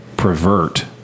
pervert